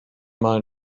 mal